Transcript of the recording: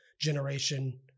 generation